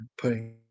putting